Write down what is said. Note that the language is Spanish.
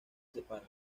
separan